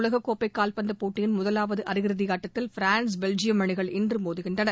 உலகக்கோப்பை கால்பந்து போட்டியின் முதலாவது அரையிறுதி ஆட்டத்தில் பிரான்ஸ் பெல்ஜியம் அணிகள் இன்று மோதுகின்றன